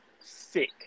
sick